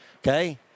Okay